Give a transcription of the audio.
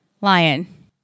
Lion